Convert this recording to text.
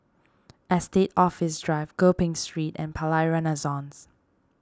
Estate Office Drive Gopeng Street and Palais Renaissance